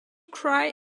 cry